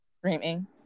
screaming